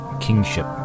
kingship